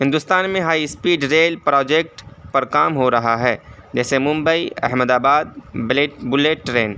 ہندوستان میں high speed rail project پر کام ہو رہا ہے جیسے Mumbai Ahmedabad bullet bullet train